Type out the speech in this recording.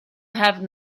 have